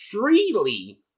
freely